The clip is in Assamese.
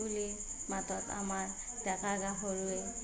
কুলিৰ মাতত আমাৰ ডেকা গাভৰুৰ